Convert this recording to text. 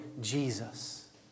Jesus